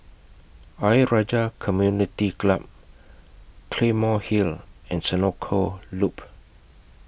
Ayer Rajah Community Club Claymore Hill and Senoko Loop